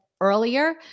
earlier